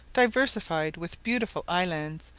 diversified with beautiful islands,